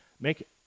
make